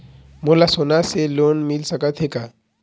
मोला सोना से लोन मिल सकत हे का?